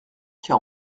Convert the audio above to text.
car